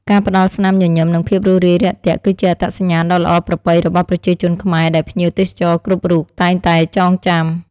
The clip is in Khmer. ការផ្តល់ស្នាមញញឹម និងភាពរួសរាយរាក់ទាក់ គឺជាអត្តសញ្ញាណដ៏ល្អប្រពៃរបស់ប្រជាជនខ្មែរដែលភ្ញៀវទេសចរគ្រប់រូបតែងតែចងចាំ។